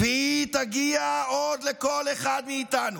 והיא תגיע עוד לכל אחד מאיתנו